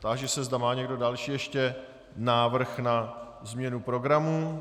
Táži se, zda má někdo další ještě návrh na změnu programu.